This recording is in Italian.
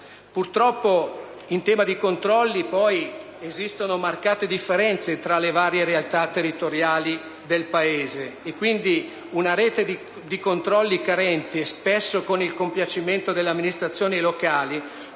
Purtroppo, in tema di controlli esistono marcate differenze fra le varie realtà territoriali del Paese. Quindi, una rete di controlli carenti, spesso con il compiacimento delle amministrazioni locali,